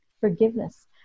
forgiveness